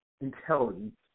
intelligence